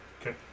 Okay